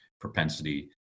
propensity